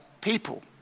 people